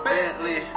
Bentley